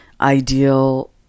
ideal